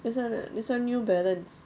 this [one] ah this [one] new balance